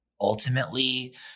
ultimately